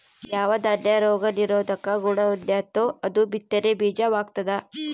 ಯಾವ ದಾನ್ಯ ರೋಗ ನಿರೋಧಕ ಗುಣಹೊಂದೆತೋ ಅದು ಬಿತ್ತನೆ ಬೀಜ ವಾಗ್ತದ